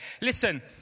Listen